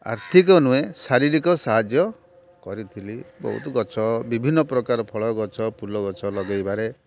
ଆର୍ଥିକ ନୁହେଁ ଶାରୀରିକ ସାହାଯ୍ୟ କରିଥିଲି ବହୁତ ଗଛ ବିଭିନ୍ନ ପ୍ରକାର ଫଳ ଗଛ ଫୁଲ ଗଛ ଲଗାଇବାରେ